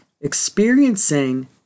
experiencing